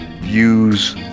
use